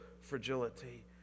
fragility